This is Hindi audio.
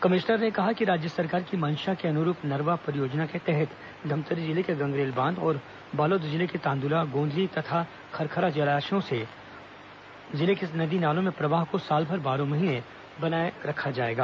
कमिश्नर ने कहा है कि राज्य सरकार की मंशा के अनुरूप नरवा परियोजना के तहत धमतरी जिले के गंगरेल बांध और बालोद जिले के तांदुला गोंदली तथा खरखरा जलाशयों के पानी से जिले के नदी नालों के प्रवाह को साल भर बारहों महीने बनाए रखा जा सकता है